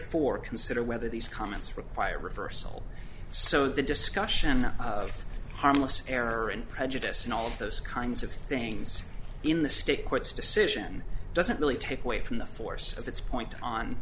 e consider whether these comments require reversal so the discussion of harmless error and prejudice and all those kinds of things in the state court's decision doesn't really take away from the force of its point on